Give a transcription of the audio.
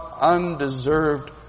undeserved